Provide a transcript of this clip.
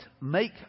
make